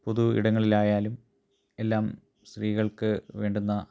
പൊതു ഇടങ്ങളിലായാലും എല്ലാം സ്ത്രീകൾക്ക് വേണ്ടുന്ന